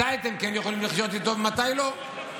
מתי אתם כן יכולים לחיות איתו ומתי לא?